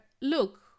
look